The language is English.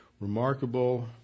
remarkable